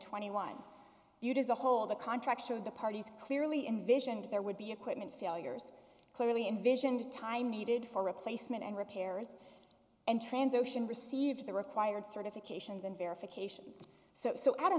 twenty one viewed as a whole the contract showed the parties clearly invision that there would be equipment failures clearly envisioned time needed for replacement and repairs and trans ocean receive the required certifications and verifications so